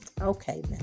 Okay